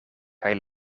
kaj